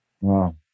Wow